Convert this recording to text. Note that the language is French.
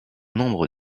membre